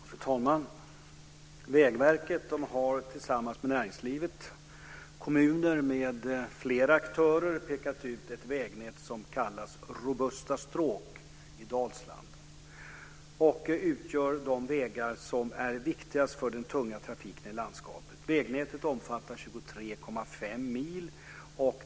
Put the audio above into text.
Fru talman! Vägverket har tillsammans med näringslivet, kommuner m.fl. aktörer pekat ut ett vägnät som kallas "Robusta stråk i Dalsland" och utgör de vägar som är viktigast för den tunga trafiken i landskapet. Vägnätet omfattar 23,5 mil.